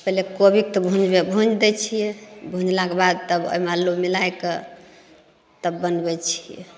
पहिले कोबीके तऽ भुजबै भुजि दै छिए भुजलाके बाद तब ओहिमे अल्लू मिलैके तब बनबै छिए